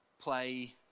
play